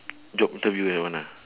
job interview that one ah